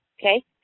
okay